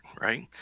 right